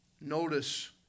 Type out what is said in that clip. Notice